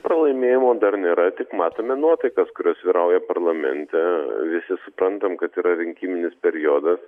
pralaimėjimo dar nėra tik matome nuotaikas kurios vyrauja parlamente visi suprantam kad yra rinkiminis periodas